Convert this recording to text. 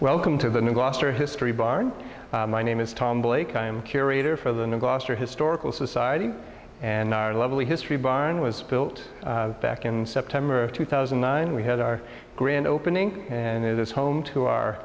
welcome to the new gloucester history barn my name is tom blake i am curator for the new gloucester historical society and our lovely history barn was built back in september of two thousand and nine we had our grand opening and it is home to our